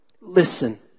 Listen